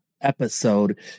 episode